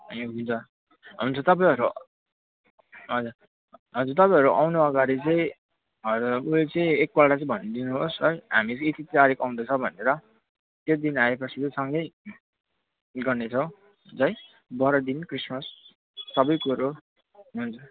ए हुन्छ हुन्छ तपाईँहरू हजुर हजुर तपाईँहरू आउनु अगाडि चाहिँ हजुर उयो चाहिँ एकपल्ट चाहिँ भनिदिनुहोस् है हामी चाहिँ यति तारिक आउँदैछ भनेर त्यो दिन आएपछि चाहिँ सँगै गर्नेछौँ है बढादिन क्रिसमस सबै कुरो हुन्छ